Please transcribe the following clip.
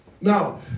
Now